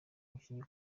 umukinnyi